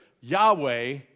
Yahweh